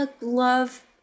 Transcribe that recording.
love